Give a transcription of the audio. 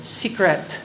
secret